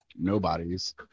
nobodies